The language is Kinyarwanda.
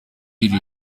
iri